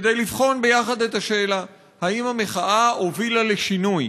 כדי לבחון ביחד את השאלה: האם המחאה הובילה לשינוי?